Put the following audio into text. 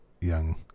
young